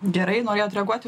gerai norėjot reaguoti